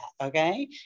okay